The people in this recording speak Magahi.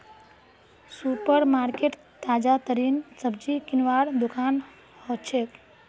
सुपर मार्केट ताजातरीन सब्जी किनवार दुकान हछेक